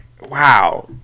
Wow